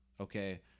Okay